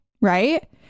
right